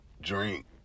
drink